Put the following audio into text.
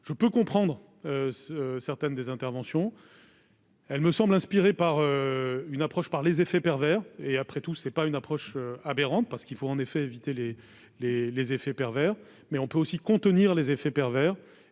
je peux comprendre ce certaines des interventions, elle me semble inspirée par une approche par les effets pervers et après tout ce n'est pas une approche aberrante parce qu'il faut en effet éviter les, les, les effets pervers, mais on peut aussi contenir les effets pervers